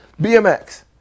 BMX